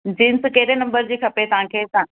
jeans कहिड़े number जी खपे तव्हां खे